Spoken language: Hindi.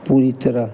पूरी तरह